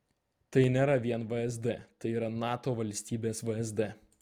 tai nėra vien vsd tai yra nato valstybės vsd